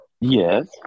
Yes